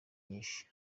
nyinshi